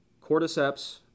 cordyceps